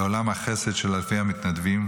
מעולם החסד של אלפי המתנדבים,